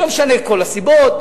לא משנה כל הסיבות,